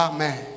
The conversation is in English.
Amen